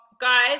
Guys